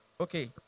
Okay